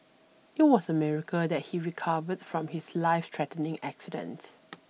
it was a miracle that he recovered from his lifethreatening accident